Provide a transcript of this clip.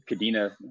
Kadena